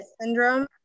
syndrome